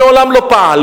שמעולם לא פעל,